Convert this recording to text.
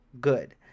good